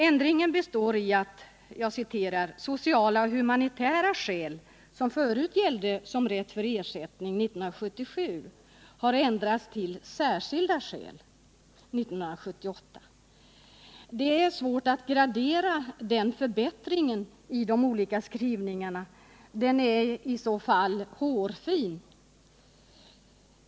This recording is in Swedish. Ändringen består i att ”sociala och humanitära skäl”, som förut gällde för rätt till ersättning 1977, har ändrats till ”särskilda skäl” 1978. Det är svårt att gradera förbättringen i den nya skrivningen — den är i så fall hårfin.